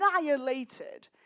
annihilated